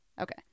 Okay